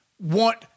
want